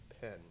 pen